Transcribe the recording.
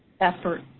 effort